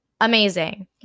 amazing